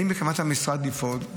האם בכוונת המשרד לפעול,